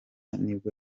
nibwo